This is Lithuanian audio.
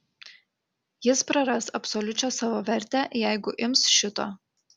jis praras absoliučią savo vertę jeigu ims šito